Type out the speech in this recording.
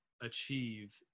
achieve